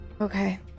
Okay